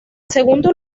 segundo